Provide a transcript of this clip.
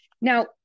Now